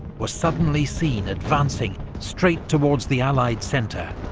were suddenly seen advancing straight towards the allied centre.